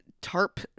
tarp